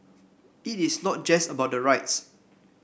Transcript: it is not just about the rights